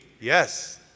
yes